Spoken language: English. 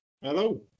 hello